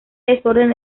desorden